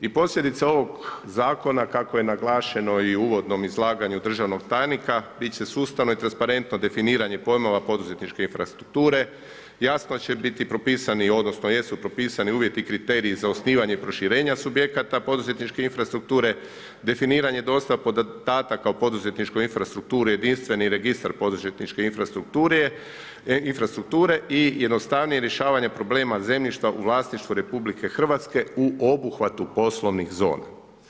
I posljedica ovog zakona kako je naglašeno i u uvodnom izlaganju državnog tajnika bit će sustavno i transparentno definiranje pojmova poduzetničke infrastrukture, jasno će biti propisani odnosno jesu propisani uvjeti i kriteriji za osnivanje proširenja subjekata poduzetničke infrastrukture, definiranje dostave podataka o poduzetničkoj infrastrukturi jedinstveni registar poduzetničke infrastrukture i jednostavnije rješavanje problema zemljišta u vlasništvu RH u obuhvatu poslovnih zona.